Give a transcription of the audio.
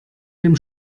dem